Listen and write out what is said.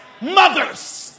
mothers